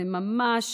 זה ממש,